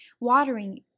watering